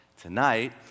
Tonight